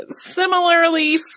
similarly